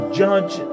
judge